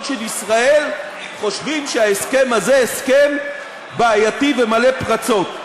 של ישראל חושבים שההסכם הזה הסכם בעייתי ומלא פרצות.